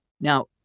Now